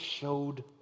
showed